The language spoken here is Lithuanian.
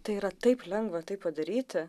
tai yra taip lengva tai padaryti